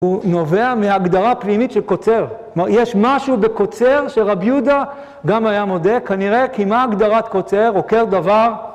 הוא נובע מהגדרה פנימית של קוצר. זאת אומרת, יש משהו בקוצר שרב יהודה גם היה מודה, כנראה כי מה הגדרת קוצר, עוקר דבר?